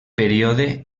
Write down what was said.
període